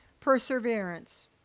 perseverance